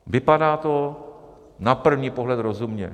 Vypadá to na první pohled rozumně.